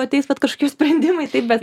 ateis vat kažkokie sprendimai taip bet